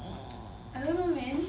I don't know man